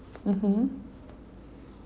mmhmm